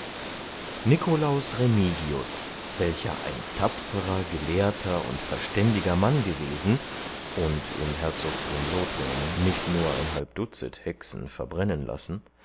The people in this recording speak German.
remigius welcher ein tapferer gelehrter und verständiger mann gewesen und im herzogtum lothringen nicht nur ein halb dutzet hexen verbrennen lassen